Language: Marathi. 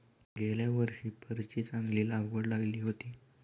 गेल्या वर्षी फरची चांगली लागवड झाली होती